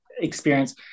experience